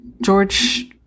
George